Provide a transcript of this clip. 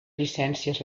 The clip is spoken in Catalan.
llicències